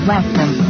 Welcome